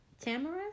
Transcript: Tamara